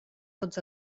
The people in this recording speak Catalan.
tots